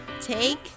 take